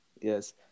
Yes